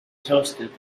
toasted